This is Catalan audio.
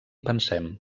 pensem